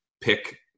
pick